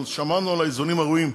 אנחנו שמרנו על האיזונים הראויים.